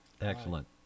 Excellent